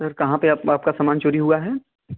sir कहाँ पर आप आपका सामान चोरी हुआ है